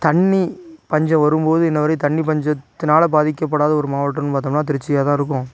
தண்ணி பஞ்சம் வரும் போது இன்ன வரையும் தண்ணி பஞ்சத்தினால பாதிக்கப்படாத ஒரு மாவட்டம்னு பார்த்தோம்னா திருச்சியாக தான் இருக்கும்